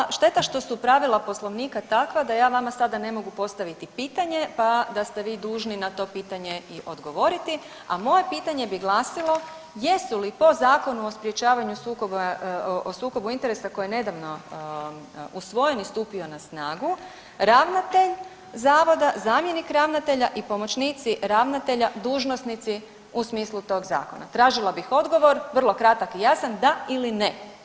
Prava je šteta što su pravila Poslovnika takva da ja vama sada ne mogu postaviti pitanje pa da ste vi dužni na to pitanje i odgovoriti, a moje pitanje bi glasilo jesu li po Zakonu o sprječavanju sukoba o sukobu interesa koji je nedavno usvojen i stupio na snagu, ravnatelj zavoda, zamjenik ravnatelja i pomoćnici ravnatelja dužnosnici u smislu tog zakona, tražila bih odgovor vrlo kratak ili jasan, da ili ne.